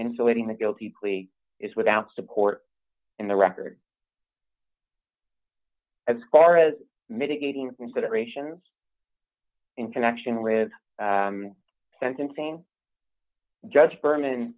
insulating the guilty plea is without support in the record as far as mitigating considerations in connection with sentencing judge berman